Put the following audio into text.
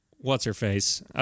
What's-her-face